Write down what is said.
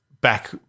back